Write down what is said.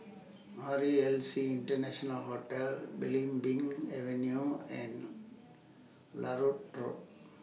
R E L C International Hotel Belimbing Avenue and Larut Road